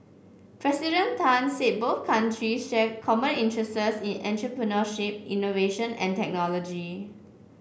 President Tan said both country share common interests in entrepreneurship innovation and technology